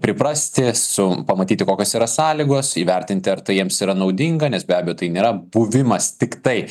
priprasti su pamatyti kokios yra sąlygos įvertinti ar tai jiems yra naudinga nes be abejo tai nėra buvimas tiktai